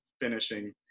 finishing –